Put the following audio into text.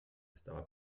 estaba